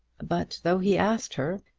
but though he asked her,